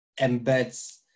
embeds